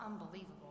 unbelievable